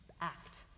act